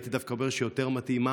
הייתי דווקא אומר שהיא יותר מתאימה